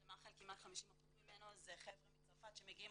כשמח"ל כמעט 50% ממנו זה חבר'ה מצרפת שמגיעים,